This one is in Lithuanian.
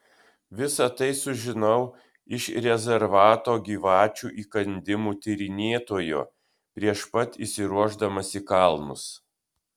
visa tai sužinau iš rezervato gyvačių įkandimų tyrinėtojo prieš pat išsiruošdamas į kalnus